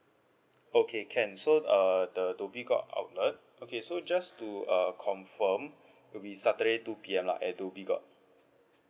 okay can so uh the dhoby ghaut outlet okay so just to uh confirm will be saturday two P_M lah at dhoby ghaut